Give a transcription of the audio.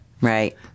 Right